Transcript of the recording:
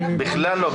בכלל לא.